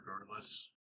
regardless